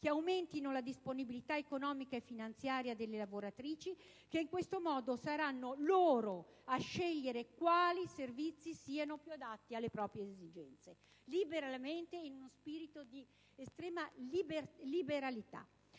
che aumentino la disponibilità economica e finanziaria delle lavoratrici che, in questo modo, saranno loro a scegliere quali servizi siano più adatti alle proprie esigenze. Vorrei, inoltre, ricordare l'ordine